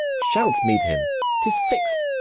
shalt meet him tis fix'd,